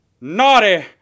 naughty